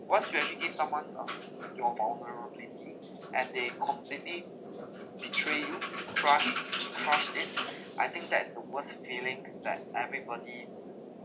once you already give someone of your vulnerability and they completely betray you crush crush it I think that's the worst feeling that everybody